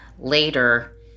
Later